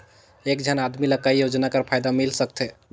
एक झन आदमी ला काय योजना कर फायदा मिल सकथे?